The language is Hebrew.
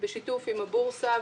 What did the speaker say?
בשיתוף עם הבורסה,